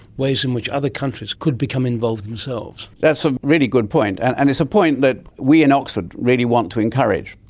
ways in which other countries could become involved themselves? that's a really good point and and it's a point that we in oxford really want to encourage.